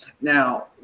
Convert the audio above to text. Now